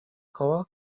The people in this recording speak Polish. koła